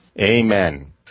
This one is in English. Amen